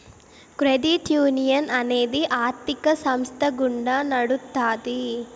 credit union అనేది ఆర్థిక సంస్థ గుండా నడుత్తాది